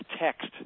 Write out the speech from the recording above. text